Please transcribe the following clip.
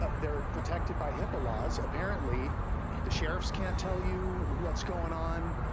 ah they're protected by hipaa laws, apparently the sheriffs can't tell you what's going on.